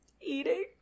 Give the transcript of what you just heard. eating